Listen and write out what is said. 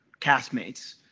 castmates